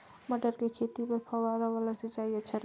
मटर के खेती बर फव्वारा वाला सिंचाई अच्छा रथे?